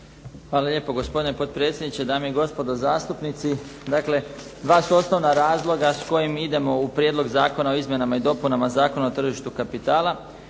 Hvala lijepo gospodine potpredsjedniče. Dame i gospodo zastupnici. Dakle, dva su osnovna razloga s kojim idemo u Prijedlog zakona o izmjenama i dopunama Zakona o tržištu kapitala.